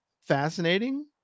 fascinating